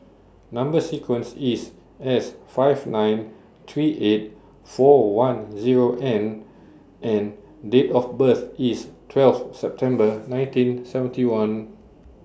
Number sequence IS S five nine three eight four one Zero N and Date of birth IS twelve September nineteen seventy one